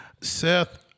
Seth